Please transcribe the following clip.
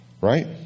Right